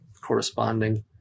corresponding